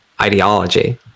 ideology